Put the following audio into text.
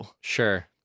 Sure